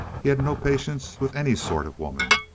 he had no patience with any sort of woman.